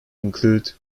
include